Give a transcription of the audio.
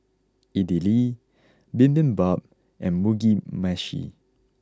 Idili Bibimbap and Mugi meshi